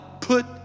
Put